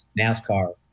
NASCAR